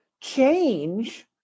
change